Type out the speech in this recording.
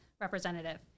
representative